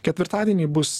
ketvirtadienį bus